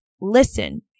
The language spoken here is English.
listen